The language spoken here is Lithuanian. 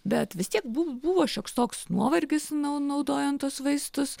bet vis tiek buv buvo šioks toks nuovargis nau naudojant tuos vaistus